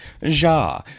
Ja